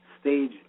stage